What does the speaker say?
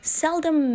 seldom